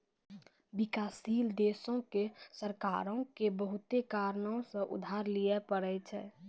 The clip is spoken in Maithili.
विकासशील देशो के सरकारो के बहुते कारणो से उधार लिये पढ़ै छै